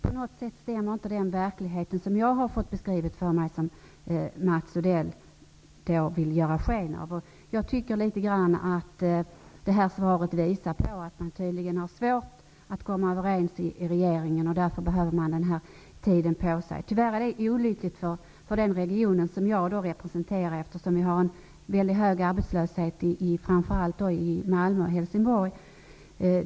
På något sätt stämmer inte den verklighet som jag har fått beskriven för mig med det som Mats Odell vill ge sken av. Jag tycker att det här svaret litet grand visar på att man har svårt att komma överens i regeringen. Därför behöver man den här tiden på sig. Tyvär är det olyckligt för den region som jag representerar, eftersom vi har en mycket hög arbetslöshet, framför allt i Malmö och Helsingborg.